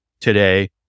today